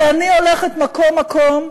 ואני הולכת מקום-מקום,